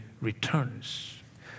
returns